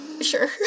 Sure